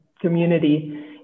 community